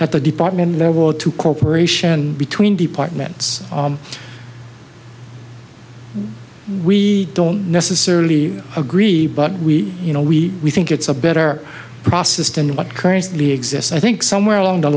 at the department level to corporation between departments we don't necessarily agree but we you know we we think it's a better process than what currently exists i think somewhere along the